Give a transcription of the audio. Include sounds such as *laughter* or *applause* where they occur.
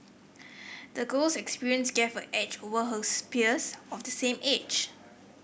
the girl's experience gave her edge over her *unintelligible* peers of the same age